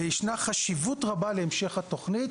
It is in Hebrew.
וישנה חשיבות רבה להמשך התוכנית,